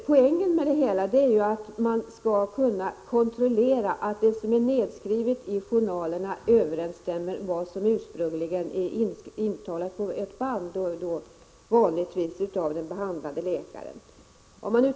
Poängen är att man skall kontrollera att det som är nedskrivet i journalerna överenstämmer med vad som ursprungligen är intalat på ett band, vanligtvis av den behandlande läkaren.